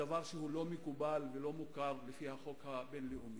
דבר שלא מקובל ולא מוכר לפי החוק הבין-לאומי,